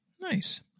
Nice